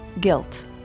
Guilt